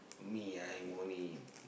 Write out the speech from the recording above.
me I'm only